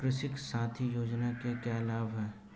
कृषक साथी योजना के क्या लाभ हैं?